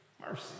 mercy